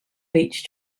beach